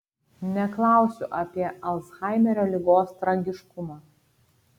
neklausiu apie alzhaimerio ligos tragiškumą